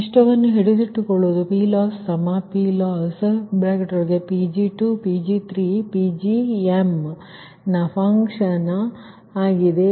ನಷ್ಟವನ್ನು ಹಿಡಿದಿಟ್ಟುಕೊಳ್ಳುವುದು PLossPLossPg2Pg3Pgmನ ಫನ್ಕ್ಷನ್ ಆಗಿದೆ